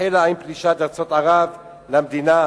שהחלה עם פלישת ארצות ערב למדינה,